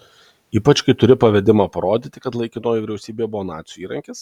ypač kai turi pavedimą parodyti kad laikinoji vyriausybė buvo nacių įrankis